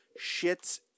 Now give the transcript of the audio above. shits